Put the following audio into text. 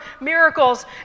miracles